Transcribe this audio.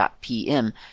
.pm